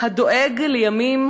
"הדואג לימים,